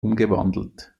umgewandelt